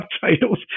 subtitles